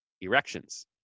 Erections